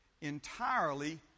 entirely